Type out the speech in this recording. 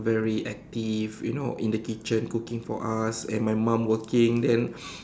very active you know in the kitchen cooking for us and my mum working then